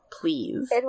Please